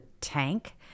tank